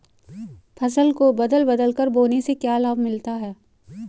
फसल को बदल बदल कर बोने से क्या लाभ मिलता है?